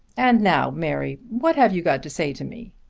and now, mary, what have you got to say to me?